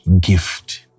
gift